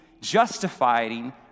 justifying